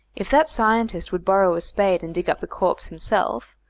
if that scientist would borrow a spade and dig up the corpse himself,